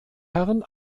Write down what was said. herren